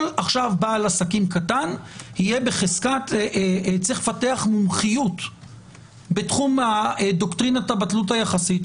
כל בעל עסקים קטן צריך לפתח מומחיות בתחום דוקטרינת הבטלות היחסית,